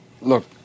Look